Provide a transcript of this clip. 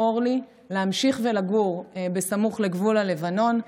אורלי להמשיך לגור סמוך לגבול הלבנון,